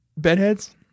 Bedheads